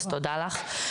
אז תודה לך.